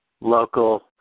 local